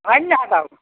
হয়নে নহয় বাৰু